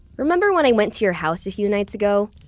remember when i went to your house a few nights ago?